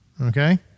Okay